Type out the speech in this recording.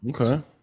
Okay